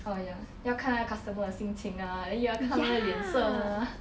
oh ya 要看那个 customer 的心情啊又要看他的脸色啦